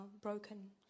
broken